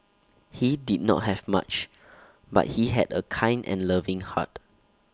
he did not have much but he had A kind and loving heart